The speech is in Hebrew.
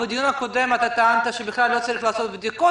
בדיון הקודם אתה טענת שבכלל לא צריך לעשות בדיקות.